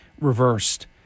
reversed